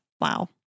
Wow